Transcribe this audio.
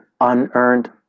unearned